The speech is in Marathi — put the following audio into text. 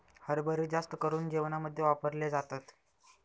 हरभरे जास्त करून जेवणामध्ये वापरले जातात